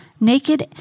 naked